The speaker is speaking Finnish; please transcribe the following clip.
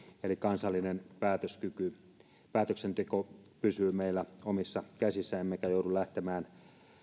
eli kansallinen päätöksenteko pysyy meillä omissa käsissä emmekä joudu lähtemään